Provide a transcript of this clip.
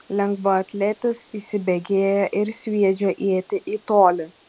lengvaatletis įsibėgėja ir sviedžia ietį į tolį